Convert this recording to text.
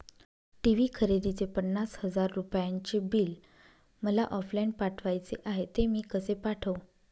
TV खरेदीचे पन्नास हजार रुपयांचे बिल मला ऑफलाईन पाठवायचे आहे, ते मी कसे पाठवू?